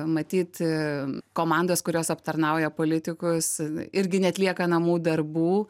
matyt komandos kurios aptarnauja politikus irgi neatlieka namų darbų